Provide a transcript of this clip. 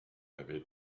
avait